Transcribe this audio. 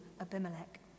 Abimelech